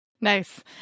Nice